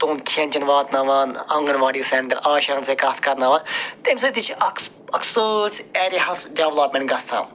تٕہُنٛد کھٮ۪ن چٮ۪ن واتناوان آنٛگن واڑی سٮ۪نٛٹر آشاہن سۭتۍ کَتھ کرناوان تَمہِ سۭتۍ تہِ چھِ اکھ سٕہ اکھ سٲرۍسٕے ایرِیاہس ڈٮ۪ولاپمٮ۪نٛٹ گَژھان